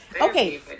Okay